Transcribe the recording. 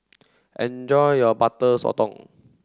enjoy your butter sotong